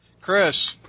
Chris